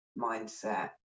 mindset